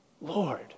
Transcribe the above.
Lord